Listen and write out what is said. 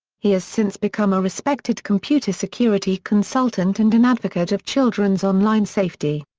he has since become a respected computer security consultant and an advocate of children's online safety.